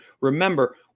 Remember